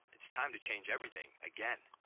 it's time to change everything again.